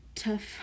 Tough